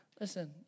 Listen